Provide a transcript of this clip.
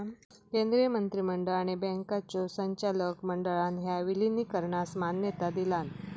केंद्रीय मंत्रिमंडळ आणि बँकांच्यो संचालक मंडळान ह्या विलीनीकरणास मान्यता दिलान